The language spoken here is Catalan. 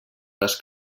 les